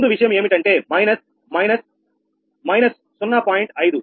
ముందు విషయం ఏమిటంటే మైనస్ మైనస్ −0